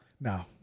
No